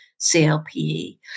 CLPE